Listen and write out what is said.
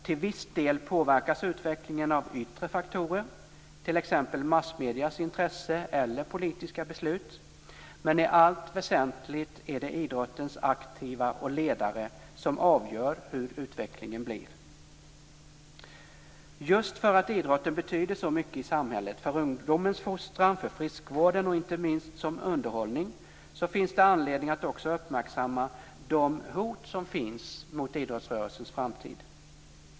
Till viss del påverkas utvecklingen av yttre faktorer, t.ex. massmediernas intresse eller politiska beslut. Men i allt väsentligt är det idrottens aktiva och ledare som avgör hur utvecklingen blir. Just för att idrotten betyder så mycket i samhället för ungdomens fostran, för friskvården och inte minst som underhållning finns det anledning att också uppmärksamma de hot som finns mot idrottsrörelsens framtid.